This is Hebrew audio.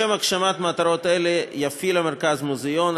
לשם הגשמת מטרות אלו יפעיל המרכז מוזיאון,